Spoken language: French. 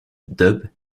dub